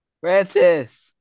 Francis